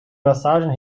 massage